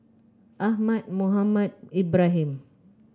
Ahmad Mohamed Ibrahim